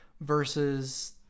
Versus